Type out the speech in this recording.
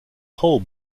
hull